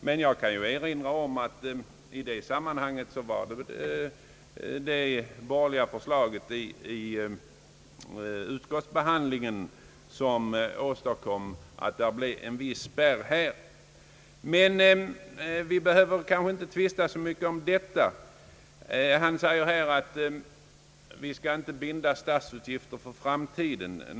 Men i det sammanhanget vill jag erinra om att det var ett borgerligt förslag under utskottsbehandlingen, som ledde till att det blev en viss spärr här, annars hade det blivit besvärligt för de studerande vid återbetalningen. Vi behöver dock kanske inte tvista så mycket om detta. Herr Lars Larsson säger att vi inte skall binda staten för utgifter i framtiden.